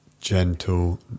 gentle